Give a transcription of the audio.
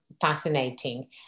fascinating